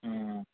ہاں